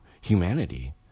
humanity